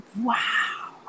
wow